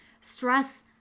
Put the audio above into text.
stress